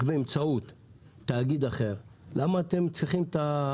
לא על-פי אמות המידה שפתחנו את הדיון,